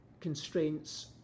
constraints